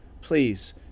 Please